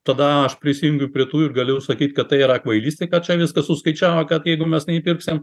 tada aš prisijungiu prie tų galiu sakyt kad tai yra kvailystė ką čia viską suskaičiavo kad jeigu mes neįpirksim